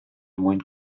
mwyn